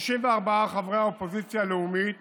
54 חברי האופוזיציה הלאומית